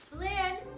blynn?